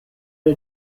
are